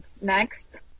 next